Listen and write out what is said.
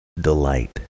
delight